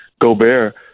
Gobert